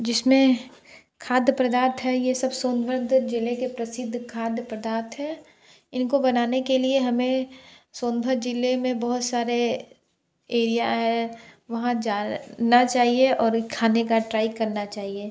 जिस में खाद्य पदार्थ है ये सब सोनभद्र जिले के प्रसिद्ध खाद्य पदार्थ है इन को बनाने के लिए हमें सोनभद्र जिले में बहुत सारे एरिया है वहाँ जाना चाहिए और खाने का ट्राई करना चाहिए